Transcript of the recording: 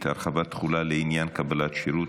(תיקון מס' 16) (הרחבת תחולה לעניין קבלן שירות),